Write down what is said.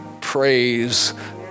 praise